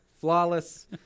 Flawless